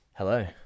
Hello